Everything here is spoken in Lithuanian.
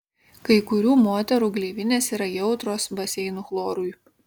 kai kurių moterų gleivinės yra jautrios baseinų chlorui